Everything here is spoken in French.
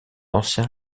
ancien